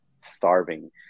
starving